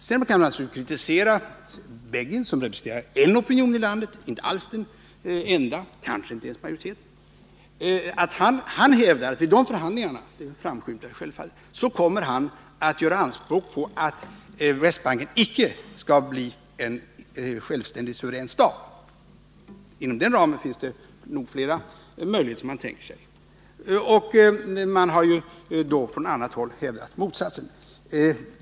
Sedan kan man naturligtvis kritisera Begin, som representerar en opinion i landet — inte alls den enda, kanske inte ens en majoritet — för att han såsom det framskymtat hävdar att han vid dessa förhandlingar kommer att göra anspråk på att Västbanken icke skall bli en självständig, suverän stat och att han kan tänka sig flera andra möjligheter att lösa den frågan, medan man från annat håll har hävdat motsatsen.